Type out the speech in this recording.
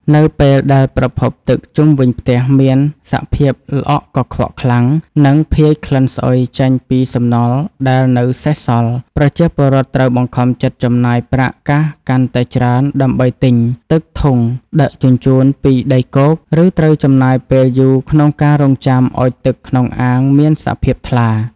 នៅពេលដែលប្រភពទឹកជុំវិញផ្ទះមានសភាពល្អក់កខ្វក់ខ្លាំង និងភាយក្លិនស្អុយចេញពីសំណល់ដែលនៅសេសសល់ ប្រជាពលរដ្ឋត្រូវបង្ខំចិត្តចំណាយប្រាក់កាសកាន់តែច្រើនដើម្បីទិញទឹកធុងដឹកជញ្ជូនពីដីគោក ឬត្រូវចំណាយពេលយូរក្នុងការរង់ចាំឱ្យទឹកក្នុងអាងមានសភាពថ្លា។